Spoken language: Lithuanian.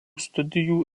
studijų